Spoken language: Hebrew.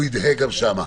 הוא ידהה גם שם.